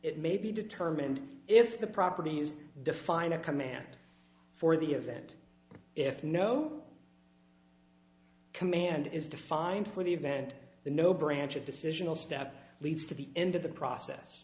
it may be determined if the properties define a command for the event if no command is defined for the event the no branch of decisional step leads to the end of the process